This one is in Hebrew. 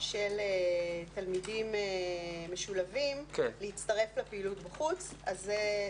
של תלמידים משולבים להצטרף לפעילות בחוץ.